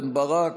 בן ברק,